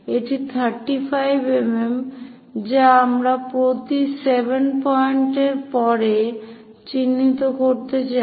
এটি 35 mm যা আমরা প্রতি 7 পয়েন্টের পরে চিহ্নিত করতে চাই